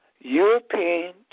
European